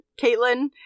Caitlin